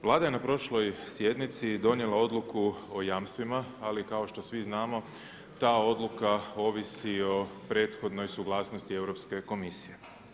Vlada je na prošloj sjednici donijela odluku o jamstvima, ali kao što svi znamo ta odluka ovisi o prethodnoj suglasnosti Europske komisije.